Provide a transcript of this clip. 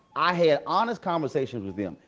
i had honest conversations with them.